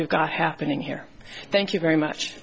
we've got happening here thank you very much